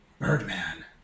Birdman